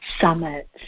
summits